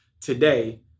today